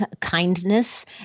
kindness